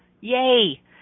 yay